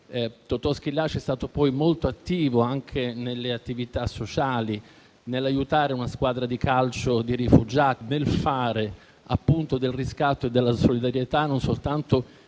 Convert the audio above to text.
Totò Schillaci è stato molto attivo nelle attività sociali, nell'aiutare una squadra di calcio di rifugiati e nel fare del riscatto e della solidarietà il momento esemplare